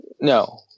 No